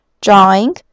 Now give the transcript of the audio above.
drawing